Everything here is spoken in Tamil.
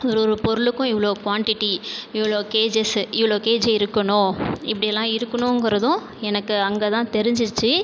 ஒரு ஒரு பொருளுக்கும் இவ்வளோ குவான்டிட்டி இவ்வளோ கேஜஸ் இவ்வளோ கேஜி இருக்கணும் இப்படி எல்லாம் இருக்கணுங்கிறதும் எனக்கு அங்கே தான் தெரிஞ்சுச்சி